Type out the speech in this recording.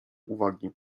uwagi